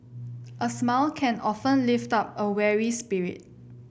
a smile can often lift up a weary spirit